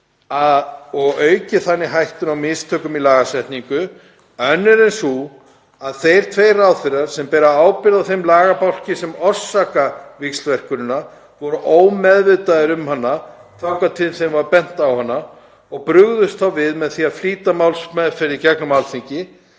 og auki þannig hættuna á mistökum í lagasetningu önnur en sú að þeir tveir ráðherrar sem bera ábyrgð á þeim lagabálkum sem orsaka víxlverkunina voru ómeðvitaðir um hana þangað til þeim var bent á hana, og brugðust þá við með því að flýta málsmeðferð í gegnum Alþingi,